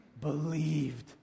believed